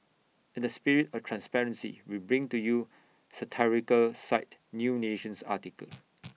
in the spirit of transparency we bring to you satirical site new nation's article